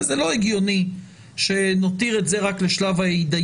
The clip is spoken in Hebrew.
זה לא הגיוני שנותיר את זה רק לשלב ההתדיינות